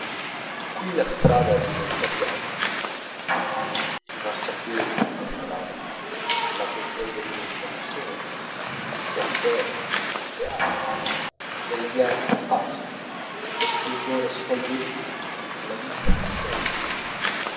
qui la strada diventa piazza il marciapiede diventa strada la bottega diventa museo il caffè teatro l'eleganza fasto lo splendore sfolgorìo la vita febbre